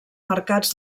mercats